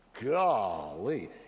Golly